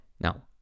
Now